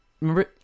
Remember